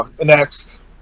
Next